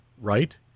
right